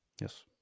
Yes